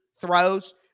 throws